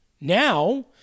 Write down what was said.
Now